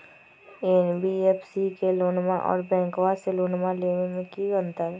NBFC से लोनमा आर बैंकबा से लोनमा ले बे में कोइ अंतर?